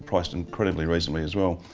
priced incredibly reasonably as well.